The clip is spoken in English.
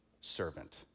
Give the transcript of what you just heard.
servant